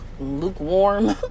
lukewarm